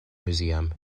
museum